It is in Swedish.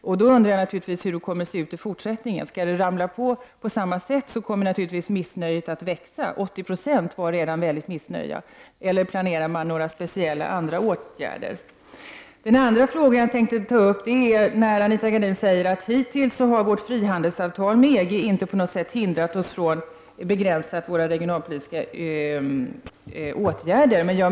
Jag undrar då naturligtvis hur det kommer att se ut i fortsättningen. Om det skall fortgå på samma sätt kommer missnöjet naturligtvis att växa — 80 Jo är redan mycket missnöjda. Eller planerar man några särskilda åtgärder? Jag vill också ta upp det som Anita Gradin säger om att vårt frihandelsav tal med EG inte på något sätt har begränsat våra regionalpolitiska åtgärder.